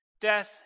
death